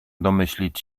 domyślić